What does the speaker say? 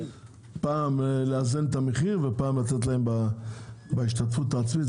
פעם כדי לאזן את המחיר ופעם להוריד להם בהשתתפות העצמית.